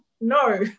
no